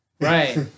Right